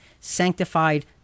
sanctified